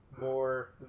more